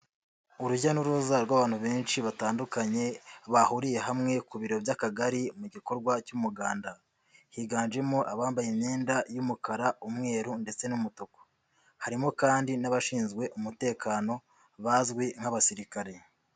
Urujya n'uruza rw'abantu benshi batandukanye bahuriye hamwe ku biro by'Akagari mu gikorwa cy'umuganda. Higanjemo abambaye imyenda y'umukara, umweru ndetse n'umutuku. Harimo kandi n'abashinzwe umutekano, bazwi nk'abasirikare.